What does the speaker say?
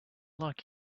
luck